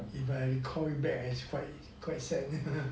if I recall it back it is quite sad